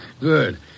Good